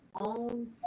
own